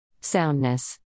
Soundness